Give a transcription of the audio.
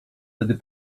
tedy